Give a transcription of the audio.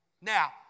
Now